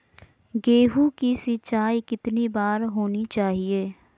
गेहु की सिंचाई कितनी बार होनी चाहिए?